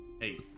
hey